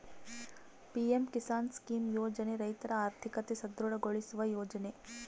PM Kisan scheme ಯೋಜನೆ ರೈತರ ಆರ್ಥಿಕತೆ ಸದೃಢ ಗೊಳಿಸುವ ಯೋಜನೆ